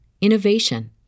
innovation